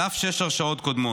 על אף שש הרשעות קודמות.